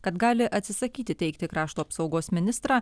kad gali atsisakyti teikti krašto apsaugos ministrą